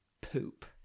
poop